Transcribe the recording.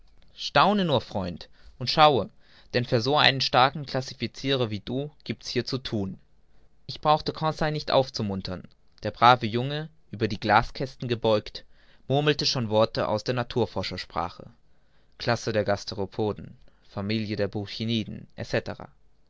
staune nur freund und schaue denn für einen so starken classificirer wie du giebt's hier zu thun ich brauchte conseil nicht aufzumuntern der brave junge über die glaskästen gebeugt murmelte schon worte aus der naturforschersprache classe der gasteropoden familie